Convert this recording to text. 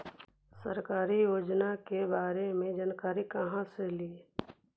सरकारी योजना के बारे मे जानकारी कहा से ली?